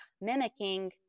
mimicking